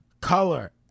color